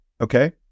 okay